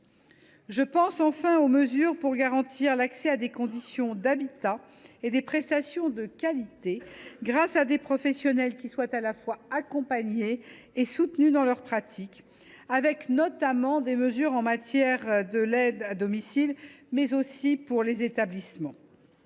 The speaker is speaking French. Je pense enfin aux mesures visant à garantir l’accès à des conditions d’habitat et à des prestations de qualité grâce à des professionnels qui soient à la fois accompagnés et soutenus dans leurs pratiques, notamment avec des mesures en matière d’aide à domicile, mais aussi pour les établissements.